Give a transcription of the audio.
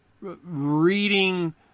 reading